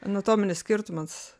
anatominis skirtumas